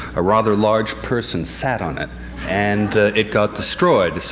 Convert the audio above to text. a rather large person sat on it and it got destroyed.